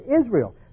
Israel